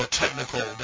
technical